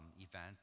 event